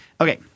Okay